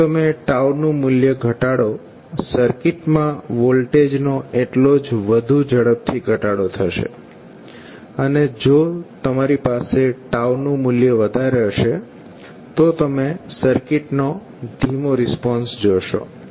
જેમ તમે નું મૂલ્ય ઘટાડો સર્કિટમાં વોલ્ટેજનો એટલો જ વધુ ઝડપથી ઘટાડો થશે અને જો તમારી પાસે નું મૂલ્ય વધારે હશે તો તમે સર્કિટનો ધીમો રિસ્પોન્સ જોશો